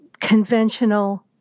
conventional